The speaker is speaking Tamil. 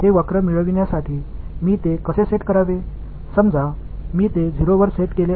எனவே இதுவரை நான் புதிதாக எதுவும் செய்யவில்லை